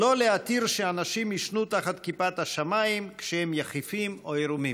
לא להתיר שאנשים ישנו תחת כיפת השמיים כשהם יחפים או עירומים.